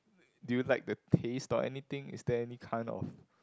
do you like the taste or anything is there any kind of